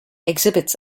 exhibits